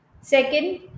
second